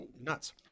nuts